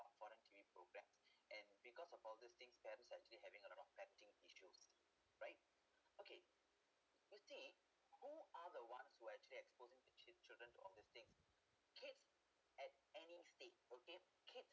foreign T_V programs and because of all this thing parents are actually having a lot of parenting issues right okay you think who are the ones who actually exposing to chil~ children toall these thing kids at any state okay kid